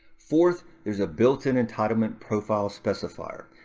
fourth, there's a built-in entitlement profile specifier.